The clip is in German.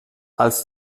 als